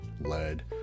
lead